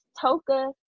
toka